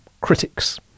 critics